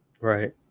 Right